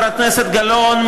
חברת הכנסת גלאון,